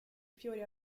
fiori